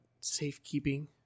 safekeeping